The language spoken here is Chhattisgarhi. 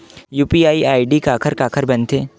यू.पी.आई आई.डी काखर काखर बनथे?